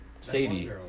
Sadie